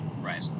Right